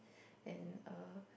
and a